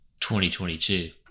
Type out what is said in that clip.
2022